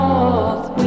North